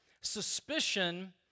suspicion